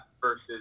versus